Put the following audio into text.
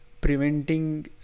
preventing